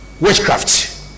witchcraft